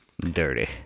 Dirty